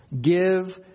Give